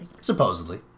Supposedly